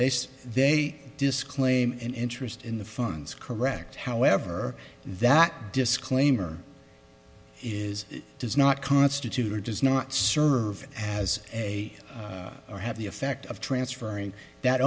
based they disclaim an interest in the funds correct however that disclaimer is does not constitute or does not serve as a or have the effect of transferring that